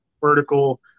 vertical